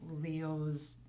Leo's